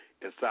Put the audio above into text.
inside